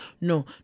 No